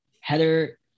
Heather